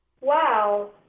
wow